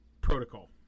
protocol